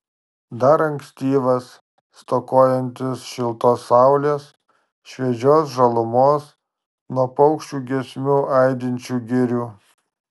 dar ankstyvas stokojantis šiltos saulės šviežios žalumos nuo paukščių giesmių aidinčių girių